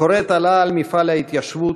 הכורת עלה על מפעל ההתיישבות,